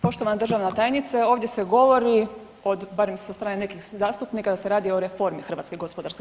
Poštovana državna tajnice, ovdje se govori od, barem sa strane nekih zastupnika da se radi o reformi HGK.